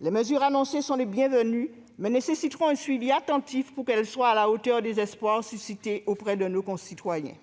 Les mesures annoncées sont les bienvenues, mais elles nécessiteront un suivi attentif pour être à la hauteur des espoirs suscités auprès de nos concitoyens.